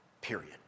period